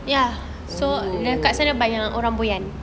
oh